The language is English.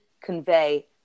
convey